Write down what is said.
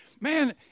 Man